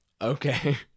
okay